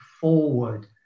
forward